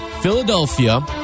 Philadelphia